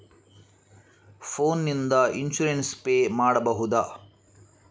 Phone ನಿಂದ insurance pay ಮಾಡಬಹುದ?